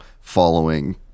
following